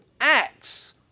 acts